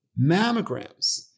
mammograms